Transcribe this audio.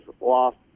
lost